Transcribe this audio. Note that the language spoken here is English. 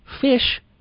fish